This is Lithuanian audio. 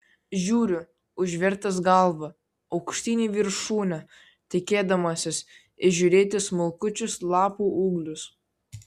žiūriu užvertęs galvą aukštyn į viršūnę tikėdamasis įžiūrėti smulkučius lapų ūglius